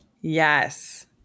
Yes